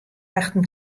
achten